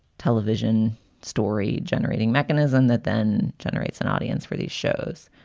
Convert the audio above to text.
television story generating mechanism that then generates an audience for these shows.